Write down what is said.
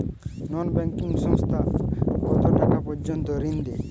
নন banking সংস্থা কতটাকা পর্যন্ত ঋণ দেয়?